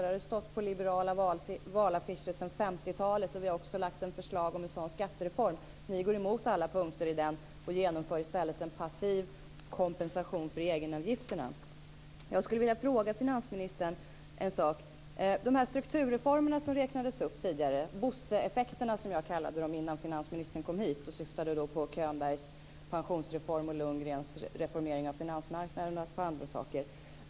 Det har det stått på liberala valaffischer sedan 50-talet, och vi har också lagt fram förslag om en sådan skattereform. Ni går emot alla punkter i den och genomför i stället en passiv kompensation för egenavgifterna. Jag skulle vilja fråga finansministern en sak apropå de strukturreformer som räknades upp. Jag kallade dem för Bosseeffekter innan finansministern kom till kammaren och syftade då på Könbergs pensionsreform, Lundgrens reformering av finansmarknaden och ett par andra saker.